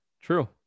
true